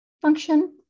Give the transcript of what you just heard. function